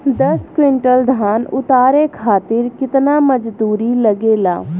दस क्विंटल धान उतारे खातिर कितना मजदूरी लगे ला?